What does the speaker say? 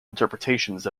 interpretations